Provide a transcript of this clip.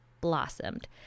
blossomed